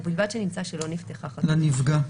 ובלבד שנמצא שלא נפתחה חקירה." לנפגע.